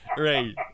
right